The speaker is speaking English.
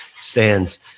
stands